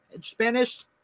Spanish